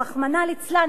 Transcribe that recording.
רחמנא ליצלן,